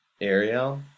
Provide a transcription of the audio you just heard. Ariel